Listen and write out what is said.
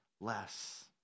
less